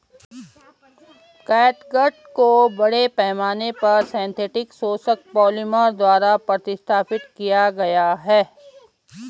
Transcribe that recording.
catgut को बड़े पैमाने पर सिंथेटिक शोषक पॉलिमर द्वारा प्रतिस्थापित किया गया है